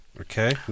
Okay